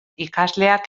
ikasleak